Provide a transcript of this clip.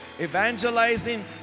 evangelizing